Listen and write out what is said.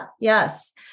Yes